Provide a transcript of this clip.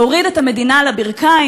להוריד את המדינה על הברכיים,